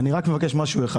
אני רק מבקש משהו אחד